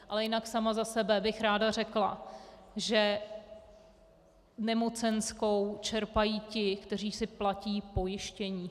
Ale jinak sama za sebe bych ráda řekla, že nemocenskou čerpají ti, kteří si platí pojištění.